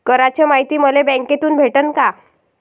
कराच मायती मले बँकेतून भेटन का?